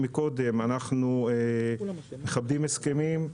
אנחנו מכבדים הסכמים,